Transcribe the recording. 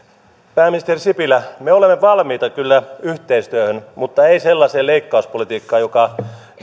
pääministeri sipilä me olemme valmiita kyllä yhteistyöhön mutta emme sellaiseen leikkauspolitiikkaan joka vie